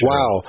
Wow